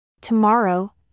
Tomorrow